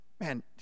man